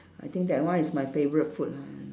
I think that one is my favourite food lah